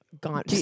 gone